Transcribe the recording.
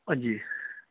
جی